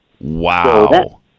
Wow